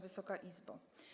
Wysoka Izbo!